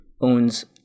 owns